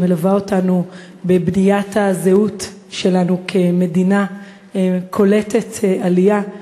שמלווה אותנו בבניית הזהות שלנו כמדינה קולטת עלייה,